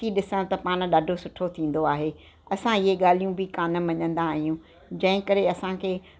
पखी ॾिसण त पाण ॾाढो सुठो थींदो आहे असां इहे ॻाल्हियूं बि कोन्ह मञदा आहियूं जंहिं करे असांखे